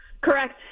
Correct